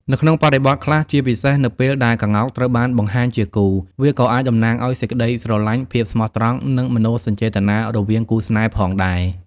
នៅក្នុងបរិបទខ្លះ ជាពិសេសនៅពេលដែលក្ងោកត្រូវបានបង្ហាញជាគូ វាក៏អាចតំណាងឱ្យ សេចក្តីស្រឡាញ់ ភាពស្មោះត្រង់ និង មនោសញ្ចេតនា រវាងគូស្នេហ៍ផងដែរ។